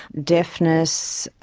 deafness,